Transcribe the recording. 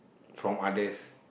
from others